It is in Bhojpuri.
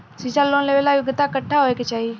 शिक्षा लोन लेवेला योग्यता कट्ठा होए के चाहीं?